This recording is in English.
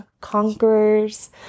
conquerors